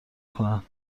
کنن